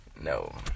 No